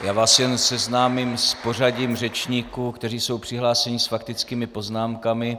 Já vás jen seznámím s pořadím řečníků, kteří jsou přihlášeni s faktickými poznámkami.